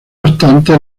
obstante